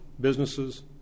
businesses